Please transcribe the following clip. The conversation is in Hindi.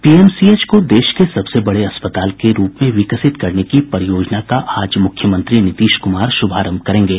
पीएमसीएच को देश के सबसे बड़े अस्पताल के रूप में विकसित करने की परियोजना का आज मुख्यमंत्री नीतीश कुमार शुभारंभ करेंगे